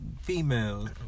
females